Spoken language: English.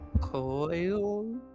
Coil